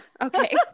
Okay